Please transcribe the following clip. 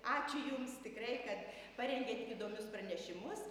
ačiū jums tikrai kad parengėte įdomius pranešimus